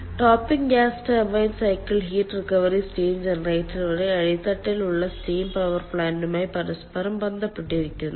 topping gas turbine cycle heat recovery steam generator വഴി അടിത്തട്ടിലുള്ള steam power പ്ലാന്റുമായി പരസ്പരം ബന്ധപ്പെട്ടിരിക്കുന്നു